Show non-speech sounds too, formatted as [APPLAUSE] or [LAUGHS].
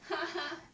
[LAUGHS]